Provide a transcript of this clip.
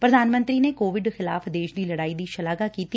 ਪ੍ਰਧਾਨ ਮੰਤਰੀ ਨੇ ਕੋਵਿਡ ਖਿਲਾਫ਼ ਦੇਸ਼ ਦੀ ਲੜਾਈ ਦੀ ਸ਼ਾਲਾਘਾ ਕੀਤੀ